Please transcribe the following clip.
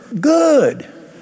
good